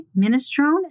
Minestrone